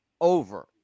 over